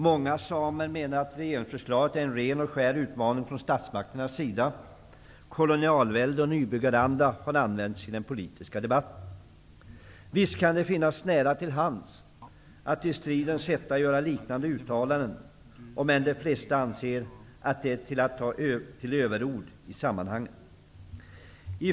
Många samer menar att regeringsförslaget är en ren och skär utmaning från statsmakternas sida. Kolonialvälde och nybyggaranda är uttryck som har använts i den politiska debatten. Visst kan det ligga nära till hands att i stridens hetta göra liknande uttalanden, även om de flesta anser att det är att ta till överord i sammanhanget.